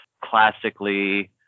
classically